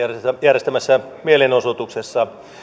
järjestämässä mielenosoituksessa